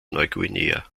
neuguinea